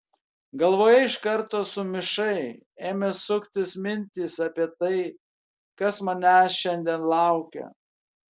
galvoje iš karto sumišai ėmė suktis mintys apie tai kas manęs šiandien laukia